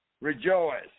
rejoice